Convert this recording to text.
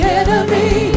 enemy